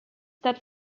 that